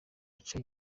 aca